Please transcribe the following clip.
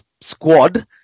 squad